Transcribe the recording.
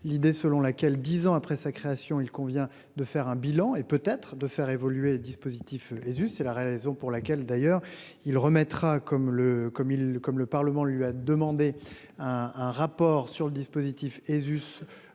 l'idée selon laquelle 10 ans après sa création, il convient de faire un bilan et peut-être de faire évoluer dispositif et c'est la raison pour laquelle d'ailleurs il remettra comme le comme il comme le Parlement lui a demandé un, un rapport sur le dispositif et ZUS.